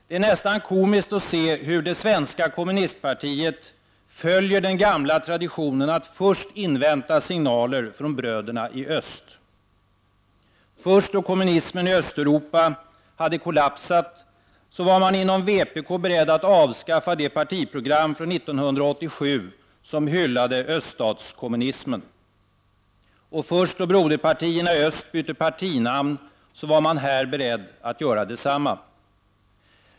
Det är nästan komiskt att se hur det svenska kommunistpartiet följer den gamla traditionen att först invänta signaler från bröderna i öst. Först då kommunismen i Östeuropa hade kollapsat var man inom vpk beredd att avskaffa det partiprogram från 1987 som hyllade öststatskommunismen. Först då broderpartierna i öst bytte partinamn var man beredd att göra detsamma.